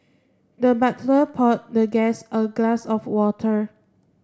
the butler poured the guest a glass of water